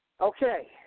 Okay